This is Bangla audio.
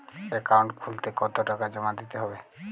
অ্যাকাউন্ট খুলতে কতো টাকা জমা দিতে হবে?